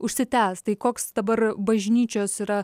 užsitęs tai koks dabar bažnyčios yra